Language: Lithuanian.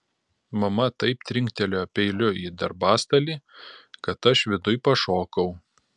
mama taip trinktelėjo peiliu į darbastalį kad aš viduj pašokau